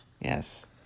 Yes